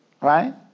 right